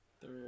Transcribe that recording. Three